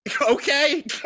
Okay